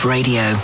Radio